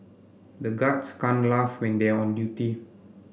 the guards can't laugh when they are on duty